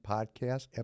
Podcast